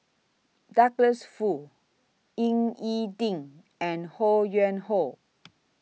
Douglas Foo Ying E Ding and Ho Yuen Hoe